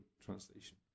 translation